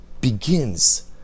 begins